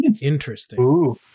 Interesting